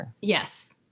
Yes